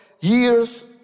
years